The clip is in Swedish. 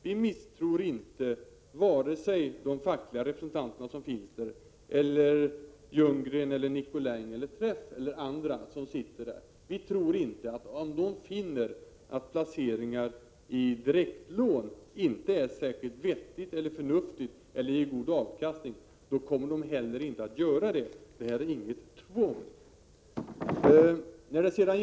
Vi misstror inte vare sig de fackliga representanter som finns där eller Ljunggren, Nicolin, Träff eller andra som sitter där. Om de finner att placering i direktlån inte är särskilt vettigt eller förnuftigt eller inte ger god avkastning, då tror vi inte heller att de kommer att göra en sådan placering, för det är inget tvång.